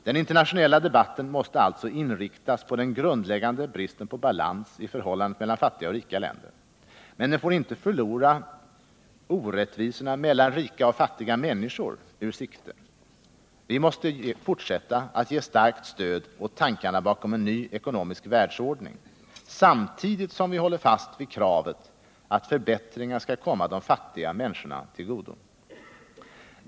Den internationella debatten måste alltså inriktas på den grundläggande bristen på balans i förhållandet mellan fattiga och rika länder, men den får inte förlora orättvisorna mellan rika och fattiga människor ur sikte. Vi måste fortsätta att ge starkt stöd åt tankarna bakom en ny ekonomisk världsordning samtidigt som vi håller fast vid kravet att förbättringar skall komma de fattiga människorna till godo.